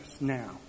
now